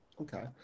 okay